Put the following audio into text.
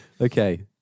Okay